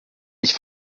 ich